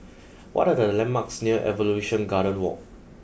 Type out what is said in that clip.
what are the landmarks near Evolution Garden Walk